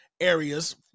areas